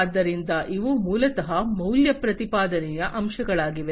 ಆದ್ದರಿಂದ ಇವು ಮೂಲತಃ ಮೌಲ್ಯ ಪ್ರತಿಪಾದನೆಯ ಅಂಶಗಳಾಗಿವೆ